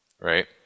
right